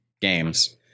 Games